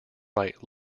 right